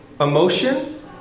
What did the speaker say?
emotion